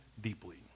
deeply